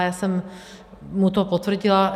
Já jsem mu to potvrdila.